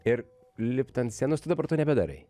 ir lipt ant scenos tu dabar to nebedarai